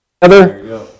together